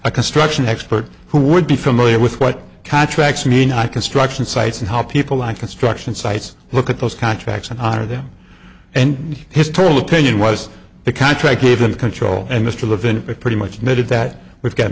a construction expert who would be familiar with what contracts mean i construction sites and how people like construction sites look at those contracts and honor them and his total opinion was the contract gave him control and mr levin it pretty much admitted that we've got